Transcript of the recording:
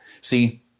See